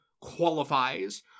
qualifies